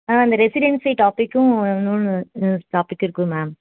ஆ இந்த ரெசிடென்ஸி டாப்பிக்கும் இன்னொன்று ம் டாப்பிக்கும் இருக்குது மேம்